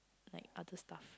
like other stuff